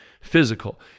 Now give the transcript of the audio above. physical